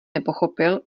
nepochopil